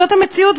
זאת המציאות,